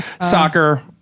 Soccer